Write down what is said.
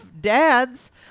dads